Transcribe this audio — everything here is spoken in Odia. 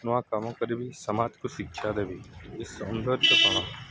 ନୂଆ କାମ କରିବି ସମାଜକୁ ଶିକ୍ଷା ଦେବି ଏ ସୌନ୍ଦର୍ଯ୍ୟ କଣ